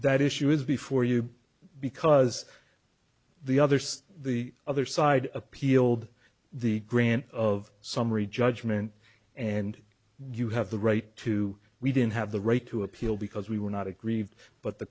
that issue is before you because the other side the other side appealed the grant of summary judgment and you have the right to we didn't have the right to appeal because we were not aggrieved but the